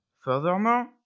Furthermore